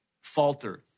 falter